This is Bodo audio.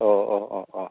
अह अह अह अह